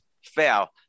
Fail